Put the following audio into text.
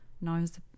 knows